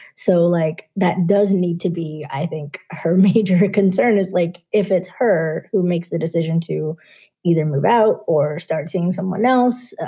so, like, that doesn't need to be. i think her major concern is like if it's her who makes the decision to either move out or start seeing someone else.